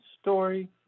story